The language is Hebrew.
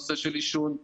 נושא של עישון,